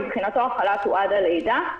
מבחינתו חל"ת הוא עד הלידה.